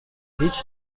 هیچ